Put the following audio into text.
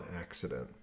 accident